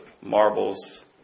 marbles